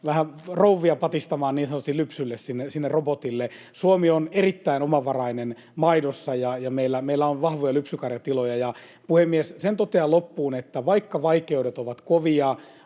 vähän rouvia patistamaan, niin sanotusti, lypsylle sinne robotille. Suomi on erittäin omavarainen maidossa, ja meillä on vahvoja lypsykarjatiloja. Puhemies! Sen totean loppuun, että vaikka vaikeudet ovat kovia